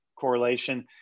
correlation